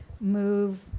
move